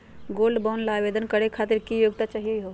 Gold bond ल आवेदन करे खातीर की योग्यता चाहियो हो?